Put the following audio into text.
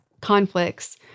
conflicts